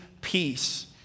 peace